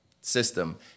system